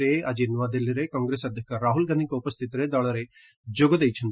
ସେ ଆଜି ନୂଆଦିଲ୍ଲୀରେ କଂଗ୍ରେସ୍ ଅଧ୍ୟକ୍ଷ ରାହୁଲ୍ ଗାନ୍ଧିଙ୍କ ଉପସ୍ଥିତିରେ ଦଳରେ ଯୋଗ ଦେଇଛନ୍ତି